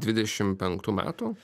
dvidešim penktų metų